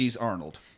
Arnold